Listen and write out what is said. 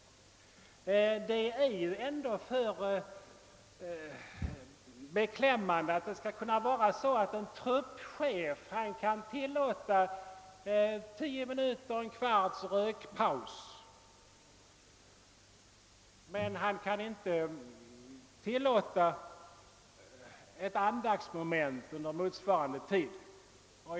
Det är beklämmande att en truppcehef t.ex. kan tillåta 10—15 minuters rökpaus men att han inte kan tillåta en andaktsstund under motsvarande tid.